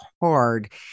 hard